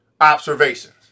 Observations